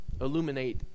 illuminate